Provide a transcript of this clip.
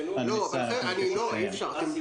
לגנוב כסף מהורים, זה מה שאתה אומר.